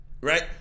right